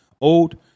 old